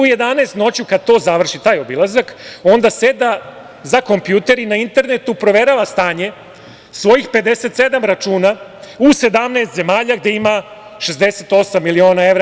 I u 11 noću, kad to završi, taj obilazak, onda seda za kompjuter i na internetu proverava stanje svojih 57 računa u 17 zemalja gde ima 68 miliona evra.